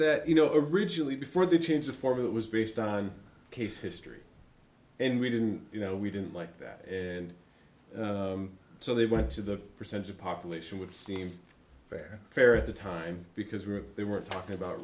that you know originally before the change of form it was based on case history and we didn't you know we didn't like that and so they wanted to the percentage of population would seem fair fair at the time because they were talking about